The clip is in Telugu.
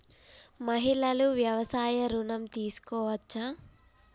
మహిళలు వ్యవసాయ ఋణం తీసుకోవచ్చా?